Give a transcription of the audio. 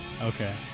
okay